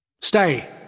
Stay